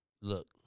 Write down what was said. look